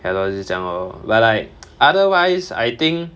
ya lor 就是这样 lor but like otherwise I think